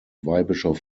weihbischof